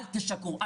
אל תשקרו,